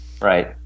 Right